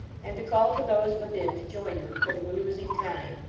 and to call to those within, to join them, for they were losing time.